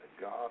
God